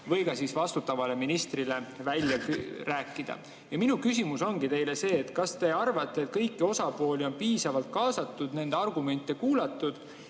või vastutavale ministrile välja öelda. Ja minu küsimus ongi see: kas te arvate, et kõiki osapooli on piisavalt kaasatud, nende argumente kuulatud?